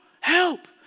help